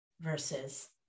versus